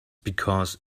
because